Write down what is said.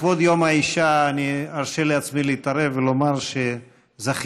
לכבוד יום האישה אני ארשה לעצמי ולהתערב ולהגיד שזכיתי